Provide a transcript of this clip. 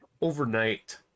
overnight